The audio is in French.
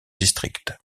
district